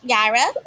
Yara